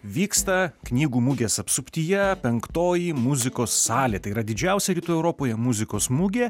vyksta knygų mugės apsuptyje penktoji muzikos salė tai yra didžiausia rytų europoje muzikos mugė